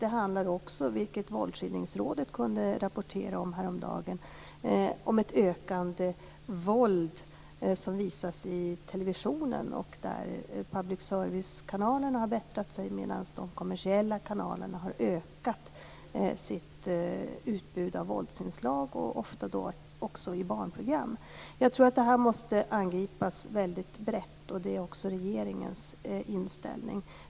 Det handlar också, vilket Våldsskildringsrådet kunde rapportera om häromdagen, om ett ökande våld som visas i televisionen, där public service-kanalerna har bättrat sig medan de kommersiella kanalerna har ökat sitt utbud av våldsinslag, ofta också i barnprogram. Jag tror att det här måste angripas väldigt brett, och det är också regeringens inställning.